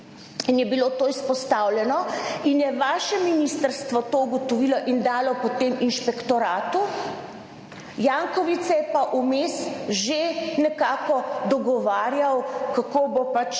in je bilo to izpostavljeno, in je vaše ministrstvo to ugotovilo in dalo potem inšpektoratu, Janković se je pa vmes že nekako dogovarjal kako bo